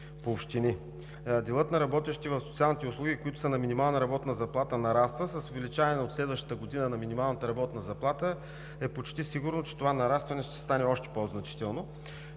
Делът на работещи в социалните услуги, които са на минимална работна заплата, нараства. С увеличаването на минималната работна заплата от следващата година е почти сигурно, че това нарастване ще стане още по-значително.